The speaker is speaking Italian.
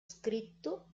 scritto